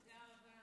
תודה רבה,